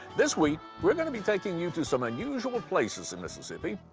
this week, we're gonna be taking you to some unusual places in mississippi,